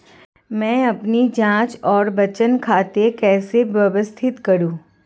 मैं अपनी जांच और बचत खाते कैसे व्यवस्थित करूँ?